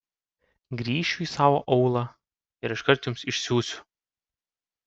grįšiu į savo aūlą ir iškart jums išsiųsiu